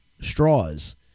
straws